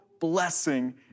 blessing